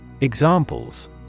Examples